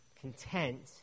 content